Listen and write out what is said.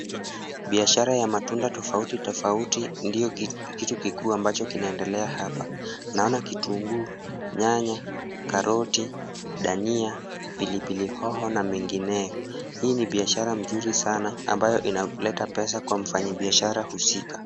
Biashara ya matunda tofauti tofauti ndio kitu kikuu ambacho kinaendelea hapa. Naona kitunguu, nyanya, karoti, dania, pilipili hoho na mengine biashara mzuri sana ambayo inaleta pesa kwa mfanyabiashara husiki.